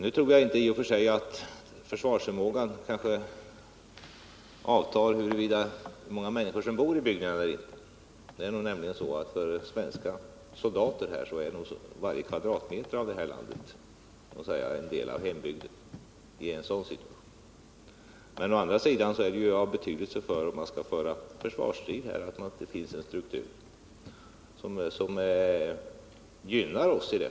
Nu tror jag inte i och för sig att försvarsförmågan avtar med antalet människor som bor i bygderna. För svenska soldater är nog varje kvadratmeter av det här landet en del av hembygden i en sådan situation. Å andra sidan är det av betydelse, om man skall föra försvarsstrid, att här finns en struktur som gynnar oss.